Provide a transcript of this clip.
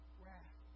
wrath